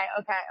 okay